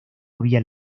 había